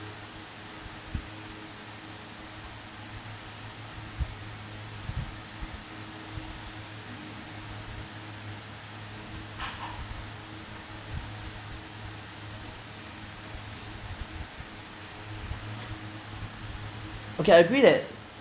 okay I agree that